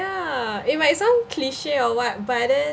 ya it might sound cliche or what but then